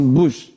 bush